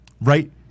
right